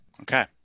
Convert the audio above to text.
Okay